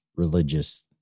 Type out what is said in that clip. religious